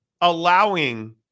allowing